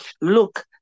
look